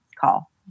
call